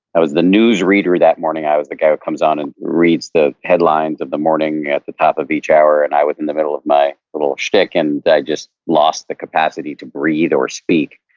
i was the news reader that morning, i was the guy who comes on and reads the headlines of the morning at the top of each hour, and i was in the middle of my little shtick, and i just lost the capacity to breathe, or speak